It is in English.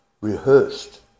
rehearsed